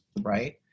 right